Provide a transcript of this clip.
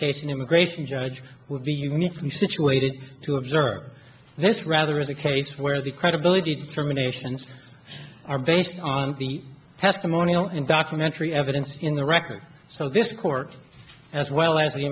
case an immigration judge would be uniquely situated to observe this rather is a case where the credibility determinations are based on the testimonial and documentary evidence in the record so this court as well as the